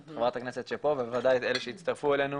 את חברת הכנסת שפה ובוודאי את אלה שיצטרפו אלינו,